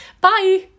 Bye